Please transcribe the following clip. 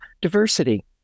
Diversity